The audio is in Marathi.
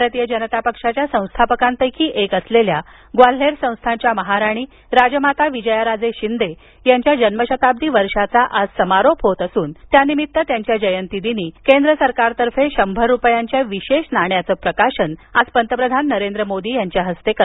भारतीय जनता पक्षाच्या संस्थापकांपैकी एक असलेल्या ग्वाल्हेर संस्थानच्या महाराणी राजमाता विजयाराजे शिंदे यांच्या जन्मशताब्दी वर्षाचा आज समारोप होत असून त्यानिमित त्यांच्या जयंतीदिनी केंद्र सरकारतर्फे शंभर रुपयांच्या विशेष नाण्याचं प्रकाशन पंतप्रधान नरेंद्र मोदी यांच्या हस्ते करण्यात आलं